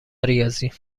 ریاضی